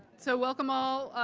so welcome all,